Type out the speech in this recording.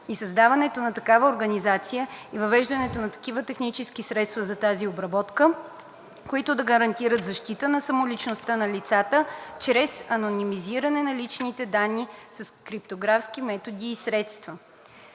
и създаването на такава организация и въвеждането на такива технически средства за тяхната обработка, които да гарантират защита на самоличността на лицата чрез анонимизиране на личните данни с криптографски методи и средства.